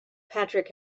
patrick